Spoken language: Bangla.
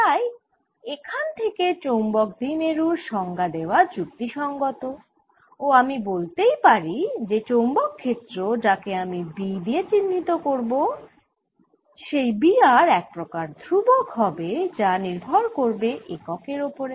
তাই এখান থেকে চৌম্বক দ্বিমেরুর সংজ্ঞা দেওয়া যুক্তি সঙ্গত ও আমি বলতেই পারি যে চৌম্বক ক্ষেত্র যাকে আমি B দিয়ে চিহ্নিত করব সেই B r একপ্রকার ধ্রুবক হবে যা নির্ভর করবে এককের ওপরে